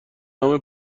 نام